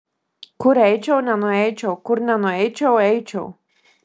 kur eičiau nenueičiau kur nenueičiau eičiau